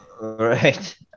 Right